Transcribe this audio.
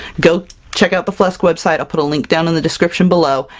go check out the flesk website! i'll put a link down in the description below,